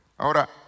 Ahora